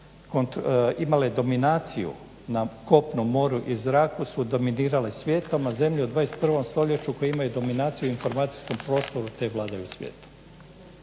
imale dominaciju na kopnu, moru i zraku su dominirale svijetom a zemlje u 21. stoljeću koje imaju dominaciju informacijskom prostoru te vladaju svijetom.